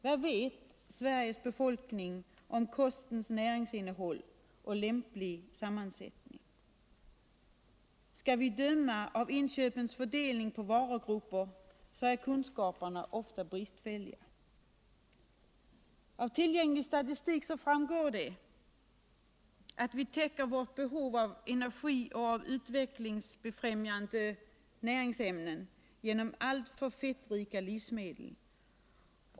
Vad vet Sveriges befolkning om kostens näringsinnehåll och om kostens lämpliga sammansättning? Skall vi döma av inköpens fördelning på varugrupper, så är kunskaperna ofta bristfälliga. Av tullgänglig statistik framgår att vi täcker vårt behov av energi och utvecklingsbefrämjande näringsämnen genom alltför feurika livsmedel.